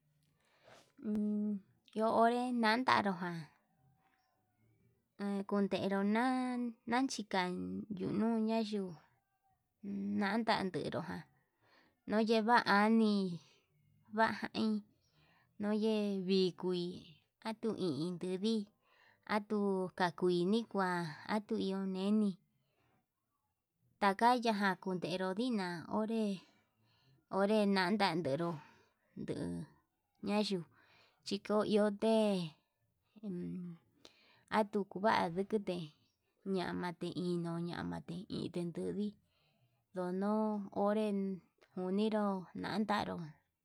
Iho onre nandaro ján ha kunderu na'a, nanyika nuyuu nayu nandandero ján, noyeva anii vajin noyee vikui atunin nadii atuu kakuini kua'a atuu iho neni, takayajan kundenru ndina'a onré onre nanda nderó nduu ñayuu chiko iho te'e en atukuva'a ndukute, ñamate inuu ñamate inde ndui ndono onre nduninrú nandanro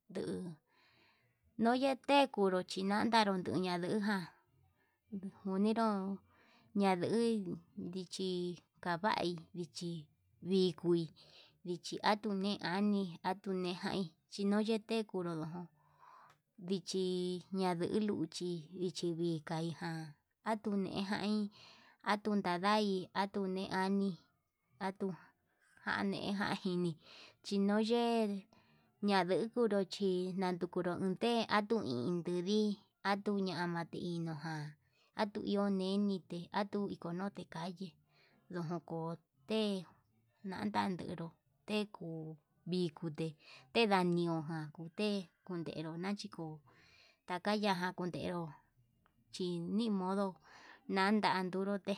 nduu noyete chikunin nandanro nonduña nduján nuninro yandui, dichi kavai ndichi vikui dichi atuye anie atunei nete kuu ndichi nayuu vei luchi atunei kai atunntanrai, atuu nane jani atuu jane jajini chinoye ndadukuru chí nandukuru te'e atuu ini ndudi atuñamate ino'o, ján atui iho niñite atuu ikono tikaye ndokon te'e nandan ndero tekuu vikote tendañuján kute nderu nako'o takayaján kunderó, chi nimodo nadan nduru te.